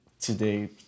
today